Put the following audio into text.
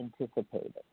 anticipated